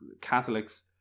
Catholics